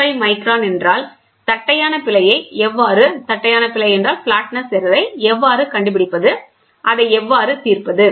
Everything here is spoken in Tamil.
5 மைக்ரான் என்றால் தட்டையான பிழையை எவ்வாறு கண்டுபிடிப்பது அதை எவ்வாறு தீர்ப்பது